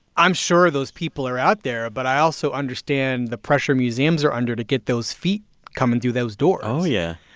i'm sure those people are out there, but i also understand the pressure museums are under to get those feet coming through those doors. and. oh, yeah.